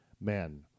men